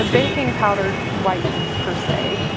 ah baking powder whitens per se.